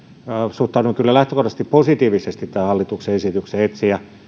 suhtaudun kyllä lähtökohtaisesti positiivisesti hallituksen esitykseen etsiä